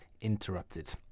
Interrupted